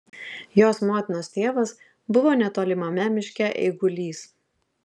jos motinos tėvas buvo netolimame miške eigulys